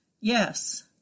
Yes